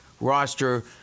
roster